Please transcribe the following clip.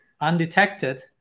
undetected